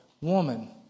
woman